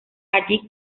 allí